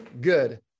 good